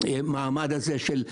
את המעמד הזה של רפרנט,